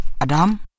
Adam